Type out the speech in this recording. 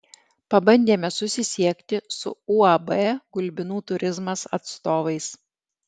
pabandėme susisiekti su uab gulbinų turizmas atstovais